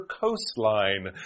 coastline